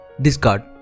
discard